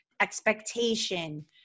expectation